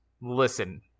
listen